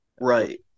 Right